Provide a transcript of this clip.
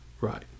Right